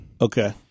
Okay